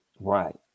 right